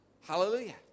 Hallelujah